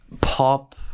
pop